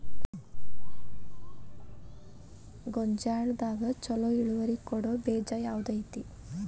ಗೊಂಜಾಳದಾಗ ಛಲೋ ಇಳುವರಿ ಕೊಡೊ ಬೇಜ ಯಾವ್ದ್ ಐತಿ?